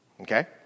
okay